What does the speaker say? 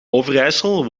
overijssel